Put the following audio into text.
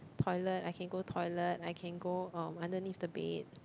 toilet I can go toilet I can go um underneath the bed